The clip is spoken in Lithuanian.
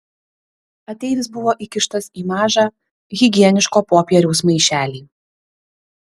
ateivis buvo įkištas į mažą higieniško popieriaus maišelį